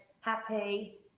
happy